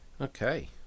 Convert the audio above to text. okay